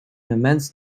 immense